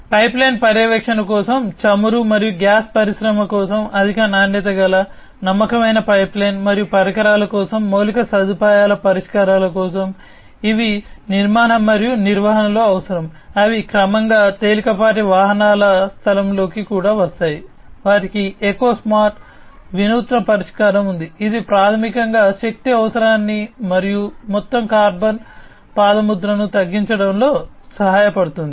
pipeline పర్యవేక్షణ పరిష్కారం ఉంది ఇది ప్రాథమికంగా శక్తి అవసరాన్ని మరియు మొత్తం కార్బన్ పాదముద్రను తగ్గించడంలో సహాయపడుతుంది